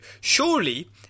surely